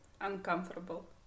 Uncomfortable